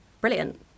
brilliant